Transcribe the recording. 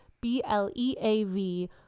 B-L-E-A-V